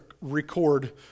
record